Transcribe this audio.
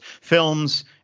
films